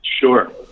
sure